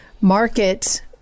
market